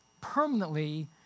permanently